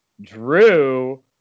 Drew